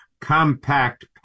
compact